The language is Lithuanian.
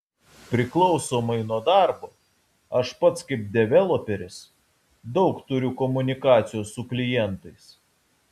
priklausomai nuo darbo aš pats kaip developeris daug turiu komunikacijos su klientais